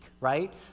right